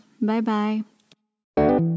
Bye-bye